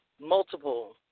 multiple